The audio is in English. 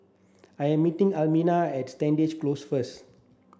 I am meeting Almina at Stangee Close first